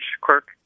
quirk